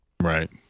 right